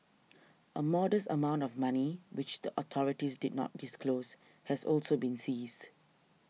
a modest amount of money which the authorities did not disclose has also been seized